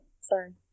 Sorry